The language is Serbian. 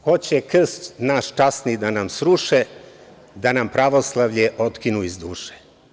Hoće krst naš časni da nam sruše, da nam pravoslavlje otkinu iz duše“